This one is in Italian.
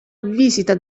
visita